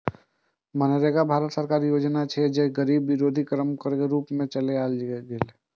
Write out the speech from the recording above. मनरेगा भारत सरकारक योजना छियै, जे गरीबी विरोधी कार्यक्रमक रूप मे चलाओल गेल रहै